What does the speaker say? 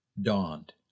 dawned